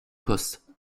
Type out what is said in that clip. postes